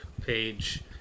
page